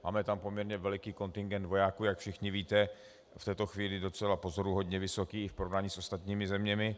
Máme tam poměrně veliký kontingent vojáků, jak všichni víte, v této chvíli docela pozoruhodně vysoký v porovnání s ostatními zeměmi.